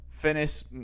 finish